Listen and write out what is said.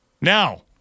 Now